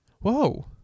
Whoa